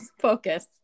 focus